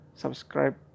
subscribe